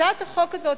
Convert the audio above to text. הצעת החוק הזאת,